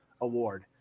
award